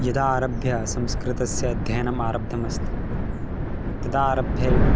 यदा आरभ्य संस्कृतस्य अध्ययनम् आरब्धमस्ति तदारभ्य एव